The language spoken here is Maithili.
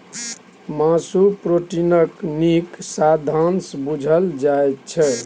मासु प्रोटीनक नीक साधंश बुझल जाइ छै